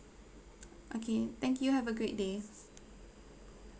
okay thank you have a great day